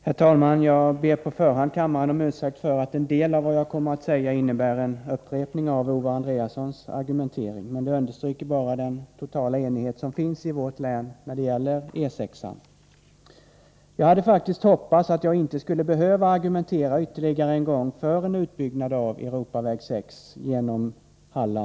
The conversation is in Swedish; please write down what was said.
Herr talman! Jag ber på förhand kammaren om ursäkt för att en del av vad jag kommer att säga innebär en upprepning av Owe Andréassons argumentering. Men det understryker bara den totala enighet som finns i vårt län när det gäller E 6.